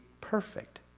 perfect